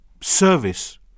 service